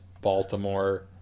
Baltimore